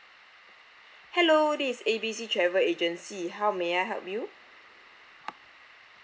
hello this is A B C travel agency how may I help you